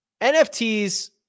NFTs